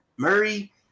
Murray